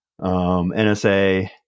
nsa